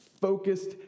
focused